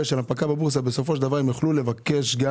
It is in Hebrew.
של הנפקה בבורסה - ובסופו של דבר הם יוכלו לבקש גם